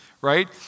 right